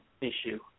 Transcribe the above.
issue